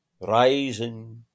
rising